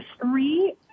three